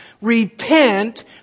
Repent